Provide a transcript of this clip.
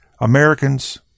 Americans